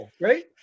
right